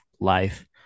life